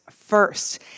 first